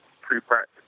pre-practice